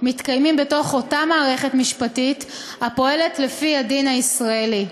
מתקיימים בתוך אותה מערכת משפטית הפועלת לפי הדין הישראלי.